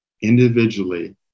individually